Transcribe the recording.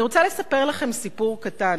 אני רוצה לספר לכם סיפור קטן,